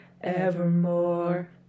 Evermore